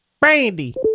Brandy